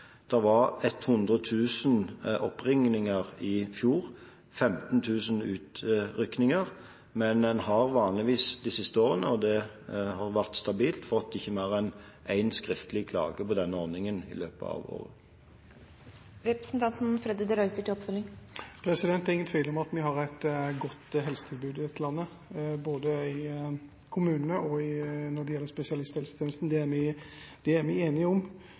var 100 000 oppringninger i fjor og 15 000 utrykninger, men en har vanligvis i de siste årene, og det har vært stabilt, fått ikke mer enn én skriftlig klage på denne ordningen. Det er ingen tvil om at vi har et godt helsetilbud i dette landet, både i kommunene og når det gjelder spesialisthelsetjenesten. Det er vi enige om, men det er